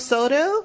Soto